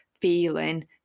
feeling